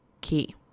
key